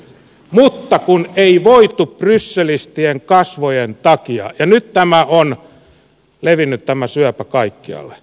mutta kun ei voitu brysselistien kasvojen takia ja nyt tämä syöpä on levinnyt kaikkialle